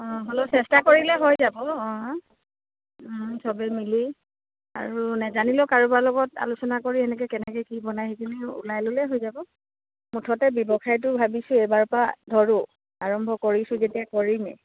অঁ হ'লেও চেষ্টা কৰিলে হৈ যাব অঁ চবেই মিলি আৰু নেজানিলেও কাৰোবাৰ লগত আলোচনা কৰি এনেকে কেনেকে কি বনাই সেইখিনি ওলাই ল'লেও হৈ যাব মুঠতে ব্যৱসায়টো ভাবিছোঁ এইবাৰৰ পৰা ধৰোঁ আৰম্ভ কৰিছোঁ যেতিয়া কৰিমেই